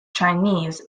chinese